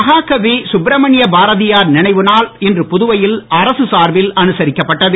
மகாகவி சுப்ரமணிய பாரதியார் நினைவு நாள் இன்று புதுவையில் அரசு சார்பில் அனுசரிக்கப்பட்டது